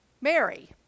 Mary